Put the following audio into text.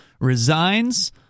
resigns